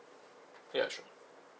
ya sure